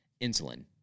insulin